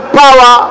power